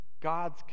God's